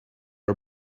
are